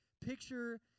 Picture